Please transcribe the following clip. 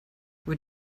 what